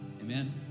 Amen